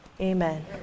Amen